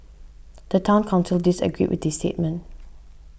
the Town Council disagreed with the statement